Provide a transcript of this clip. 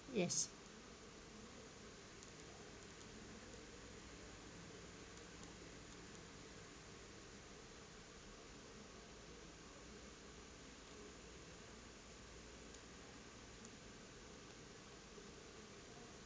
yes